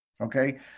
Okay